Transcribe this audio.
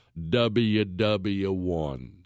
WW1